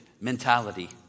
mentality